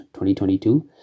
2022